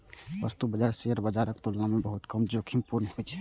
वस्तु बाजार शेयर बाजारक तुलना मे कम जोखिमपूर्ण होइ छै